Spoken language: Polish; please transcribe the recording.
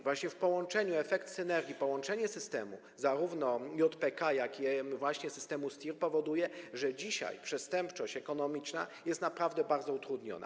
Właśnie w połączeniu, efekt synergii, połączenie zarówno systemu JPK, jak i właśnie systemu STIR, powoduje, że dzisiaj przestępczość ekonomiczna jest naprawdę bardzo utrudniona.